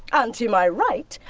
and to my right,